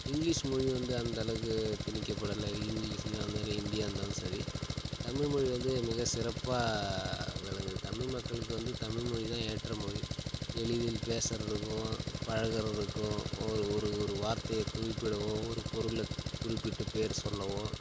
English மொழி வந்து அந்த அளவுக்கு திணிக்கப்படலை இங்கிலீஷ்ஷாக இருந்தாலும் சரி ஹிந்தியாக இருந்தாலும் சரி தமிழ்மொழி வந்து மிக சிறப்பாக விளங்குது தமிழ் மக்களுக்கு வந்து தமிழ்மொழிதான் ஏற்ற மொழி எளிதில் பேசுகிறதுக்கும் பழகுறதுக்கும் ஒரு ஒரு ஒரு வார்த்தையை குறிப்பிடவோ ஒரு பொருளை குறிப்பிட்டு பேர் சொல்லவோ